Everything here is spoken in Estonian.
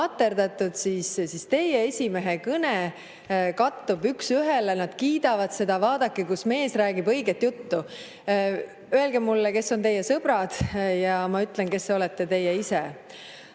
siis teie esimehe kõne kattub [Kremliga] üks ühele, nad kiidavad seda: vaadake, kus mees räägib õiget juttu. Öelge mulle, kes on teie sõbrad, ja ma ütlen, kes olete teie ise. Aga